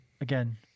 again